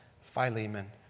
Philemon